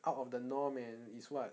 out of the norm and it's what